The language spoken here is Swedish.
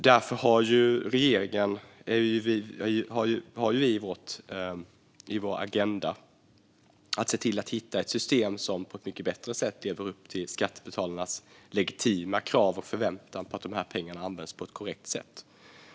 Därför har regeringen på sin agenda att se till att hitta ett system som på ett bättre sätt lever upp till skattebetalarnas legitima krav och förväntan på att dessa pengar används på ett korrekt sätt.